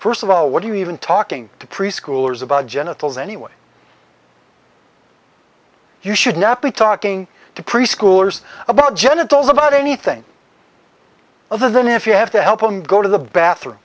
first of all what do you even talking to preschoolers about genitals anyway you should not be talking to preschoolers about genitals about anything other than if you have to help them go to the bathroom